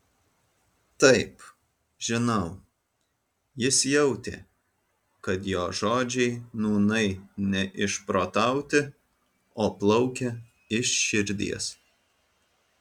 taip žinau jis jautė kad jo žodžiai nūnai ne išprotauti o plaukia iš širdies